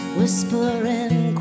whispering